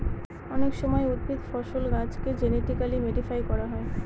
অনেক সময় উদ্ভিদ, ফসল, গাছেকে জেনেটিক্যালি মডিফাই করা হয়